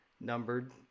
numbered